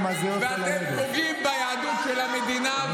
ואתם פוגעים ביהדות של המדינה הזאת,